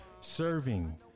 serving